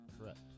Correct